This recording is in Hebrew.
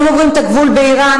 אם עוברים את הגבול באירן,